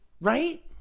Right